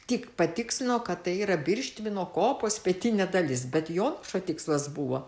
tik patikslino kad tai yra birštvino kopos pietinė dalis bet jo tikslas buvo